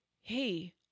hey